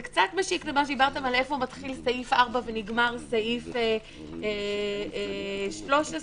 זה קצת משיק למה שדיברתם על איפה מתחיל סעיף 4 ונגמר סעיף 13,